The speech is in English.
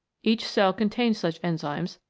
each cell contains such enzymes,